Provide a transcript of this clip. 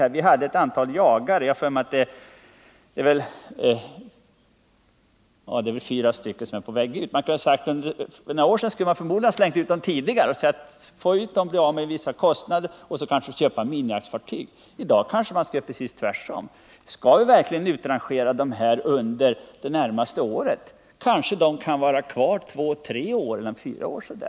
Vi har ett antal jagare, och det är väl fyra som är på väg ut ur organisationen. För några år sedan kunde man förmodligen ha ”slängt ut” dem i förtid för att bli av med vissa kostnader och kanske köpa minjaktfartyg. I dag kanske man skulle göra precis tvärtom. Skall vi verkligen utrangera dessa jagare under det närmaste året? De kan kanske vara kvar två, tre eller fyra år?